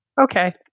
Okay